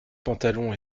pantalon